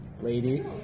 lady